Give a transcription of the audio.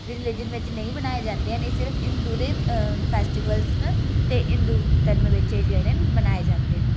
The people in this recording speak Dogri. रिलिजन बिच नेईं बनाये जन्दे एह् सिर्फ हिन्दू दे फेस्टिवल्स न ते हिन्दू धर्म बिच एह् जेह्ड़े न मनाये जन्दे न